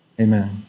Amen